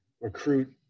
recruit